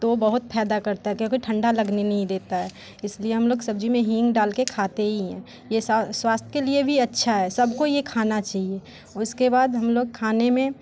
तो बहुत फायदा करता क्योंकि ठंडा लगने नहीं देता है इसलिए हम लोग सब्जी में हींग डालके खाते ही हैं ये स्वास्थ्य के लिए भी अच्छा है सबको ये खाना चाहिए उसके बाद हम लोग खाने में